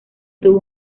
tuvo